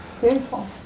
Beautiful